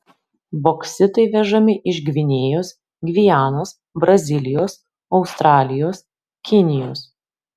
boksitai vežami iš gvinėjos gvianos brazilijos australijos kinijos